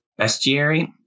bestiary